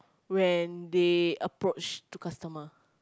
when they approach to customer